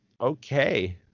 okay